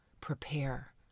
prepare